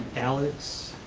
alex